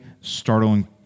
startling